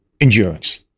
endurance